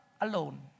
alone